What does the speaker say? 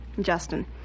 Justin